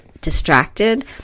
distracted